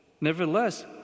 Nevertheless